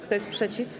Kto jest przeciw?